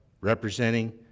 representing